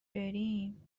بریم